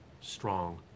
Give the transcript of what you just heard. strong